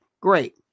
Great